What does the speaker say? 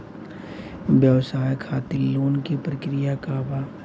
व्यवसाय खातीर लोन के प्रक्रिया का बा?